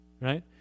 right